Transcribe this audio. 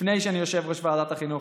לפני שאני יושב-ראש ועדת החינוך,